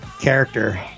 character